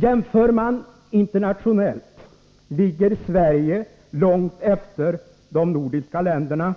Gör man en internationell jämförelse ligger Sverige långt efter de nordiska länderna,